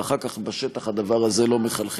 ואחר כך בשטח הדבר הזה לא מחלחל.